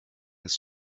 his